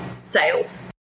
sales